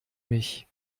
mich